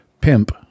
pimp